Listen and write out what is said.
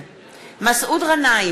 (קוראת בשמות חברי הכנסת) מסעוד גנאים,